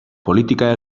politika